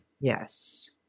yes